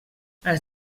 els